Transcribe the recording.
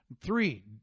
Three